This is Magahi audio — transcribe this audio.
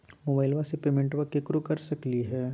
मोबाइलबा से पेमेंटबा केकरो कर सकलिए है?